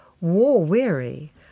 war-weary